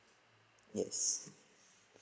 yes